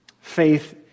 Faith